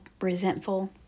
resentful